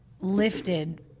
lifted